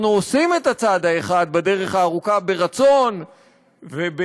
אנחנו עושים את הצעד האחד בדרך הארוכה ברצון ובאמונה,